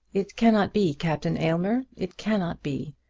it cannot be, captain aylmer. it cannot be.